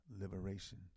liberation